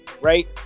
right